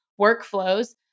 workflows